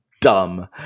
dumb